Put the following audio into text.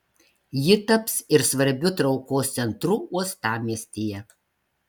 ji taps ir svarbiu traukos centru uostamiestyje